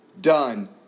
done